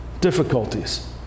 difficulties